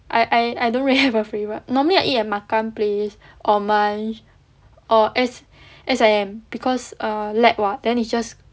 I I don't really have a favourite normally I eat makan place or munch or S_I_M because err lab [what] then it's just